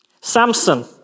Samson